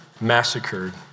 massacred